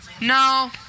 No